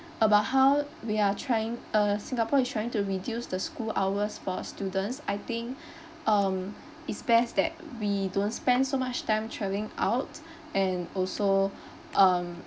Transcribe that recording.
about how we are trying uh singapore is trying to reduce the school hours for students I think um it's best that we don't spend so much time travelling out and also um